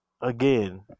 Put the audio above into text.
again